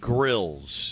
Grills